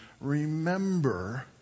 remember